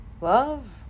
Love